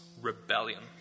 rebellion